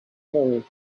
forehead